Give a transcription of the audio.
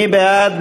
מי בעד?